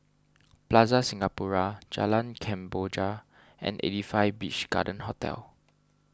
Plaza Singapura Jalan Kemboja and eighty five Beach Garden Hotel